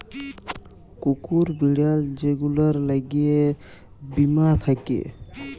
কুকুর, বিড়াল যে গুলার ল্যাগে বীমা থ্যাকে